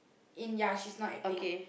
in ya she's not acting